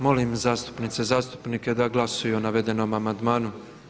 Molim zastupnice i zastupnike da glasuju o navedenom amandmanu.